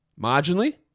Marginally